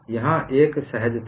यहाँ एक सहजता है